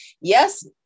yes